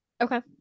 okay